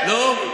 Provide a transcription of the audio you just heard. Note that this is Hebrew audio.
לא, לא.